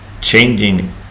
changing